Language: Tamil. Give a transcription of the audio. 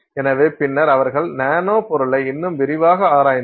எனவே பின்னர் அவர்கள் நானோ பொருளை இன்னும் விரிவாக ஆராய்ந்தனர்